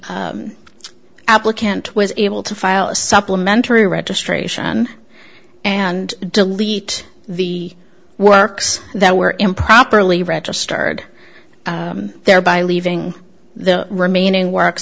applicant was able to file a supplementary registration and delete the works that were improperly registered thereby leaving the remaining works